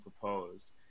proposed